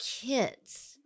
kids